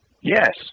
yes